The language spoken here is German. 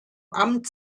amt